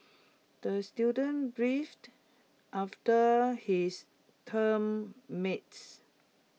the student beefed after his term mates